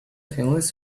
families